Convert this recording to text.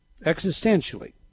existentially